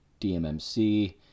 DMMC